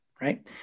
right